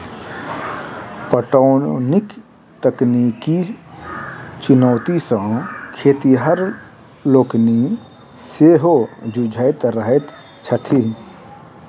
पटौनीक तकनीकी चुनौती सॅ खेतिहर लोकनि सेहो जुझैत रहैत छथि